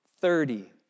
thirty